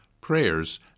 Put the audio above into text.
prayers